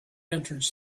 entrance